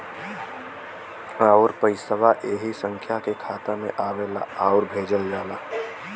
आउर पइसवा ऐही संख्या के खाता मे आवला आउर भेजल जाला